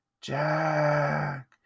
Jack